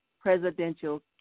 presidential